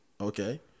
okay